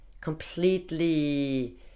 completely